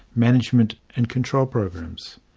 management and control programs.